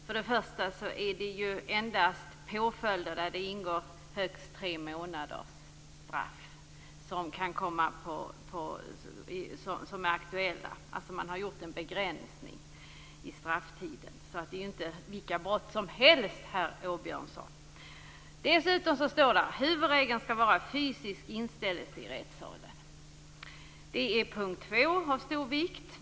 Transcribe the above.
För det första gäller det endast mål där påföljder på högst tre månader kan vara aktuella. Man har alltså gjort en begränsning. Det är inte vilka brott som helst, herr Åbjörnsson. För det andra står att huvudregeln skall vara fysisk inställelse i rättssalen. Det är av stor vikt.